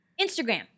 Instagram